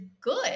good